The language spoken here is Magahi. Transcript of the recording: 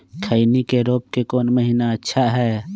खैनी के रोप के कौन महीना अच्छा है?